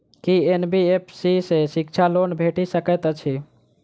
की NBFC सँ शिक्षा loan भेटि सकैत अछि?